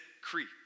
creek